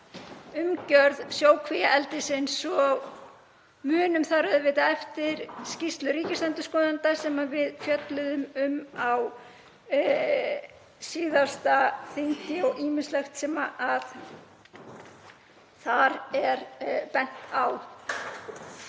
umgjörð sjókvíaeldis og við munum þar auðvitað eftir skýrslu ríkisendurskoðanda sem við fjölluðum um á síðasta þingi og ýmislegt sem þar er bent á.